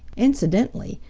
incidentally,